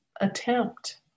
attempt